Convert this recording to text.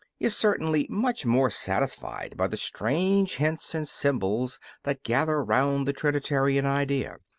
is certainly much more satisfied by the strange hints and symbols that gather round the trinitarian idea,